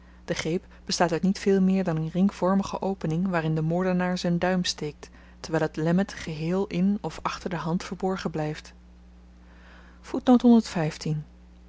de greep bestaat uit niet veel meer dan n ringvormige opening waarin de moordenaar z'n duim steekt terwyl t lemmet geheel in of achter de hand verborgen blyft